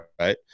right